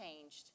changed